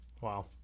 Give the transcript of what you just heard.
Wow